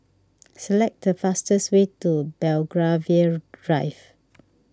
select the fastest way to Belgravia Drive